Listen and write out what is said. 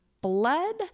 blood